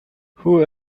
who